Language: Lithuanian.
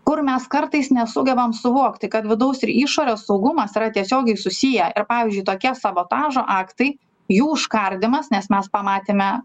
kur mes kartais nesugebam suvokti kad vidaus ir išorės saugumas yra tiesiogiai susiję ir pavyzdžiui tokie sabotažo aktai jų užkardymas nes mes pamatėme